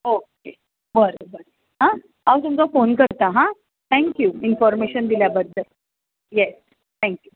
okay बरें बरें आं हांव तुमकां फोन करता हा थँक यू इनफॉर्मेशन दिल्या बद्दल यॅस थँक यू